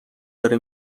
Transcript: داره